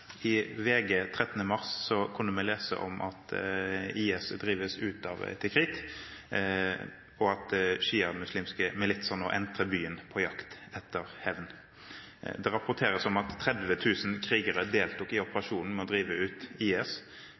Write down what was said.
I VG den 13. mars kunne vi lese om at IS drives ut av Tikrit, og at sjiamuslimske militser entrer byen på jakt etter hevn. Det rapporteres om at 30 000 krigere deltok i operasjonen med å drive ut IS